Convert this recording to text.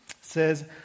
says